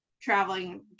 traveling